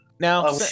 Now